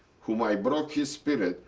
whom i broke his spirit,